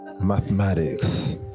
mathematics